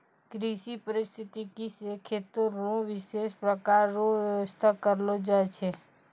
कृषि परिस्थितिकी से खेती रो विशेष प्रकार रो व्यबस्था करलो जाय छै